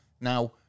Now